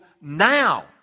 now